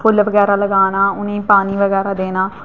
फुल्ल बगैरा लगाना उ'नेंगी पानी बगैरा देना